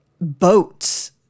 boats